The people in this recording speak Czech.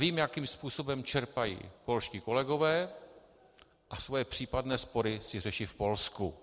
Vím, jakým způsobem čerpají polští kolegové, a svoje případné spory si řeší v Polsku.